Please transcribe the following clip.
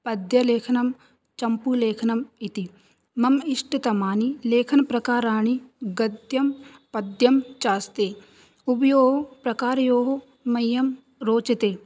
पद्यलेखनं चम्पूलेखनम् इति मम इष्टतमानि लेखनप्रकाराणि गद्यं पद्यं चास्ति उभयोः प्रकारयोः मह्यं रोचते